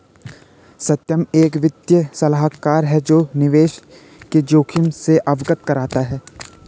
सत्यम एक वित्तीय सलाहकार है जो निवेश के जोखिम से अवगत कराता है